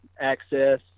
access